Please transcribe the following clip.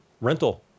rental